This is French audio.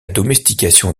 domestication